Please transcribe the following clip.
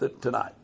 tonight